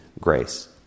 grace